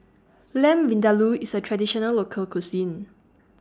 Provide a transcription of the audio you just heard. Lamb Vindaloo IS A Traditional Local Cuisine